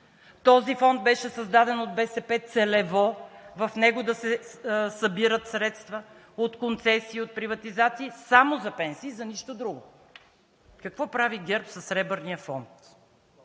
Фондът беше създаден от БСП целево, в него да се събират средства от концесии, от приватизации само за пенсии и за нищо друго. Какво прави ГЕРБ със Сребърния фонд?